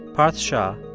parth shah,